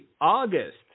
August